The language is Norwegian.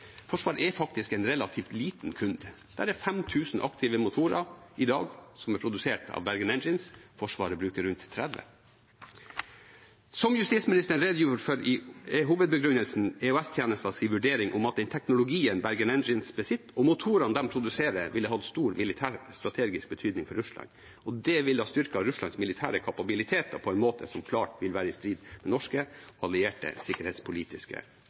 Forsvaret er faktisk en relativt liten kunde. Der er 5 000 aktive motorer i dag som er produsert av Bergen Engines. Forsvaret bruker rundt 30. Som justisministeren redegjorde for, er hovedbegrunnelsen EOS-tjenestenes vurdering av at den teknologien Bergen Engines besitter, og motorene de produserer, ville hatt stor militær strategisk betydning for Russland, og det ville ha styrket Russlands militære kapabiliteter på en måte som klart vil være i strid med norske og allierte sikkerhetspolitiske